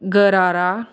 ਗਰਾਰਾ